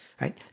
right